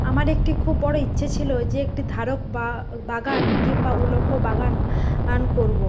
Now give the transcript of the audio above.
আমার একটি খুব বড়ো ইচ্ছে ছিলো যে একটি ধারক বা বাগান কিংবা উলম্ব বাগান আন করবো